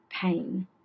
pain